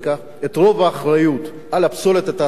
את רוב האחריות לפסולת התעשייתית,